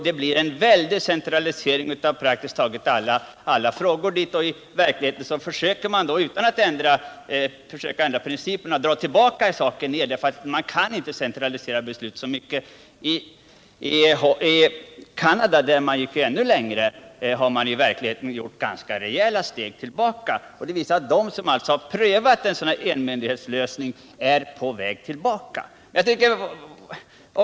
Det blir en väldig centralisering av praktiskt taget alla frågor. I verkligheten försöker man i Norge delvis återföra vissa frågor. Man kan inte centralisera beslut så mycket. I Canada, där man gick ännu längre, har man tagit ganska rejäla steg tillbaka. Det visar sig alltså att de som har prövat en enmyndighetslösning fått betydande problem.